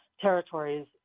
territories